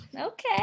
Okay